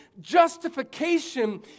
Justification